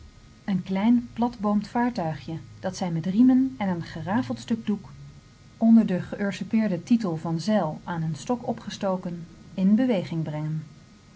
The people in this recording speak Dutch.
een klein platboomd vaartuigje dat zij met riemen en een gerafeld stuk doek onder den geüsurpeerden titel van zeil aan een stok opgestoken in beweging brengen